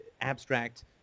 abstract